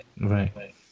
right